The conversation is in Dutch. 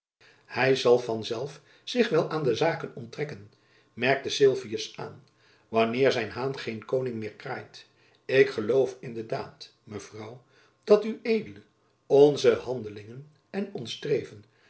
hy zal van zelf zich wel aan de zaken onttrekken merkte sylvius aan wanneer zijn haan geen koning meer kraait ik geloof in de daad mevrouw dat ued onze handelingen en ons streven